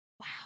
Wow